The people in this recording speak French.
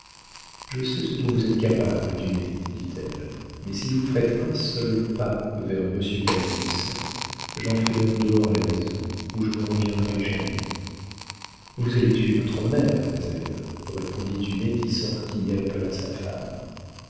je sais ce dont vous êtes capable dumay dit-elle mais si vous faites un seul pas vers monsieur canalis j'en fais un dehors la maison où je ne reviendrai jamais vous allez tuer votre mère mademoiselle répondit dumay qui sortit et appela sa femme